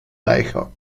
reicher